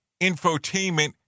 infotainment